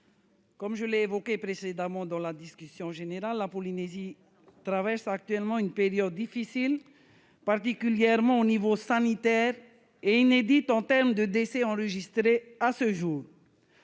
Comme je l'ai évoqué précédemment dans la discussion générale, la Polynésie traverse actuellement une période difficile, particulièrement au niveau sanitaire, et inédite en termes de décès enregistrés à ce jour.